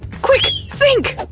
quick! think!